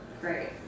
Great